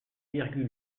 virgule